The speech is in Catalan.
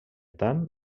tant